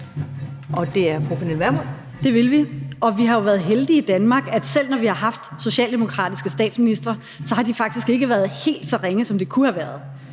Kl. 15:40 Pernille Vermund (NB): Det vil vi, og vi har jo været heldige i Danmark, med hensyn til at selv når vi har haft socialdemokratiske statsministre, så har de faktisk ikke været helt så ringe, som de kunne have været.